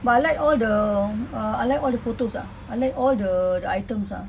but I like all the err I like all the photos ah I like all the items ah